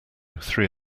three